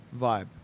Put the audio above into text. vibe